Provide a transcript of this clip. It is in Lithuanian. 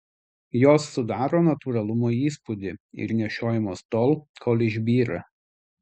jos sudaro natūralumo įspūdį ir nešiojamos tol kol išbyra